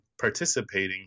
participating